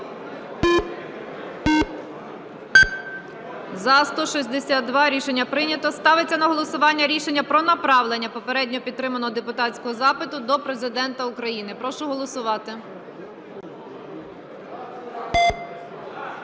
За-162 Рішення прийнято. Ставиться на голосування рішення про направлення попередньо підтриманого депутатського запиту до Президента України. Прошу голосувати.